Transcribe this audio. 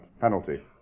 penalty